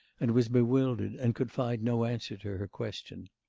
and was bewildered, and could find no answer to her question.